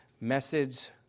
message